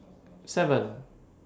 seven